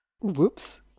Whoops